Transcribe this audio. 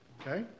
Okay